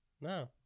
No